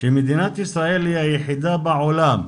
שמדינת ישראל היא היחידה בעולם,